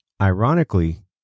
Ironically